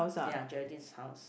ya Geraldine's house